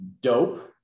dope